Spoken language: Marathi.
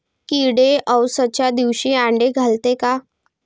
किडे अवसच्या दिवशी आंडे घालते का?